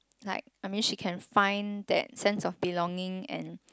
like I mean she can find that sense of belonging and